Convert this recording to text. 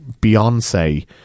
Beyonce